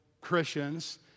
Christians